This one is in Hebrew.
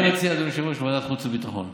אני מציע ועדת החוץ והביטחון.